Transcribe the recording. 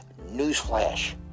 newsflash